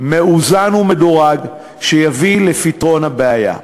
מאוזן ומדורג שיביא לפתרון הבעיה.